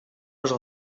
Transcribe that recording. j’en